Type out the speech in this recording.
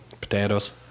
potatoes